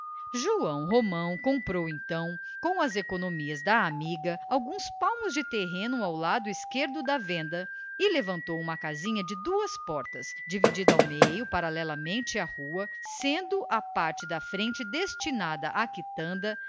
joão romão comprou então com as economias da amiga alguns palmos de terreno ao lado esquerdo da venda e levantou uma casinha de duas portas dividida ao meio paralelamente à rua sendo a parte da frente destinada à quitanda